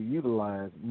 utilize